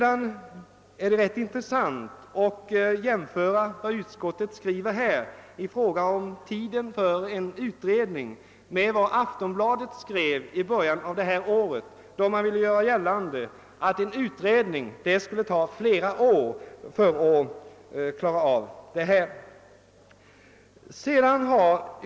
Det är vidare rätt intressant att jämföra vad utskottet skriver om den tid en sådan här utredning kan kräva med vad Aftonbladet i början av detta år skrev, att en utredning av denna fråga skulle ta flera år i anspråk.